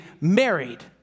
married